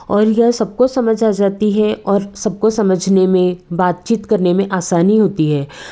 और यह सब को समझ आ जाती है और सबको समझने में बात चीत करने में आसानी होती है